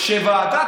שוועדת